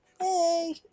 Hey